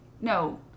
No